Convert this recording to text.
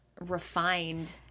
refined